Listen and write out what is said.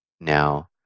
now